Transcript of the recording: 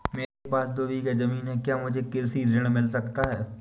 मेरे पास दो बीघा ज़मीन है क्या मुझे कृषि ऋण मिल सकता है?